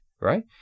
Right